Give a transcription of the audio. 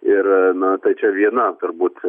ir na tai čia viena turbūt